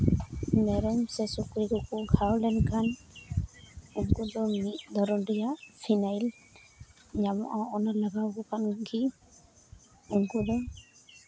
ᱢᱮᱨᱚᱢ ᱥᱮ ᱥᱩᱠᱨᱤ ᱠᱚᱠᱚ ᱜᱷᱟᱣ ᱞᱮᱱᱠᱷᱟᱱ ᱩᱱᱠᱩ ᱫᱚ ᱢᱤᱫ ᱫᱷᱚᱨᱚᱱ ᱨᱮᱭᱟᱜ ᱯᱷᱤᱱᱟᱭᱤᱞ ᱧᱟᱢᱚᱜᱼᱟ ᱚᱱᱟ ᱞᱟᱜᱟᱣ ᱠᱚ ᱠᱷᱟᱱᱜᱮ ᱩᱱᱠᱩ ᱫᱚ